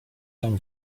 tam